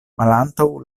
malantaŭ